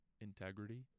integrity